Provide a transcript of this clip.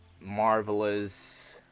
marvelous